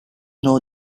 know